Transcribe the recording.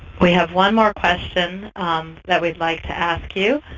we have one more question that we would like to ask you.